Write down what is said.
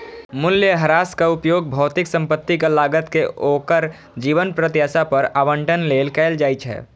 मूल्यह्रासक उपयोग भौतिक संपत्तिक लागत कें ओकर जीवन प्रत्याशा पर आवंटन लेल कैल जाइ छै